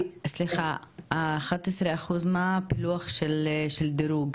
סליחה, ב- 11%, מה הפילוח של הדירוג,